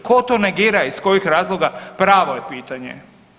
Tko to negira, iz kojih razloga pravo je pitanje.